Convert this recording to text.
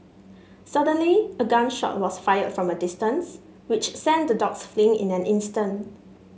suddenly a gun shot was fired from a distance which sent the dogs fleeing in an instant